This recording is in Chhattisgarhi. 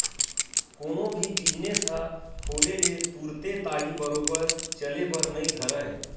कोनो भी बिजनेस ह खोले ले तुरते ताही बरोबर चले बर नइ धरय